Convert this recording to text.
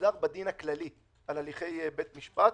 מוסדר בדין הכללי על הליכי בית משפט,